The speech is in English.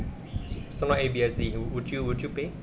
so so now A_B_S_D would you would you pay